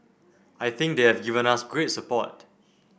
I think they have given us great support